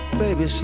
baby